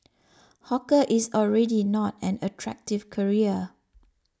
hawker is already not an attractive career